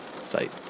site